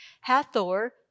Hathor